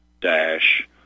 Dash